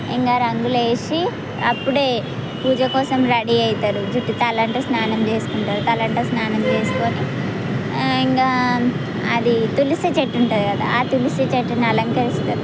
ఇంకా రంగులు వేసి అప్పుడే పూజ కోసం రెడీ అవుతారు జుట్టు తలంటు స్నానం చేసుకుంటారు తలంటు స్నానం చేసుకుని ఇంకా అది తులసి చెట్టు ఉంటుంది కదా తులసి చెట్టును అలంకరిస్తారు